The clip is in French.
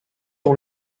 ont